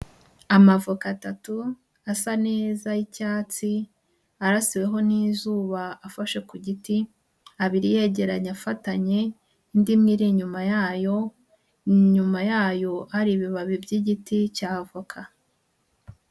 Amavoka atatu asa neza y'icyatsi arasiweho n'izuba afashe ku giti, abiri yegeranye afatanye indi imwe iri inyuma yayo, inyuma yayo hari ibibabi by'igiti cya voka.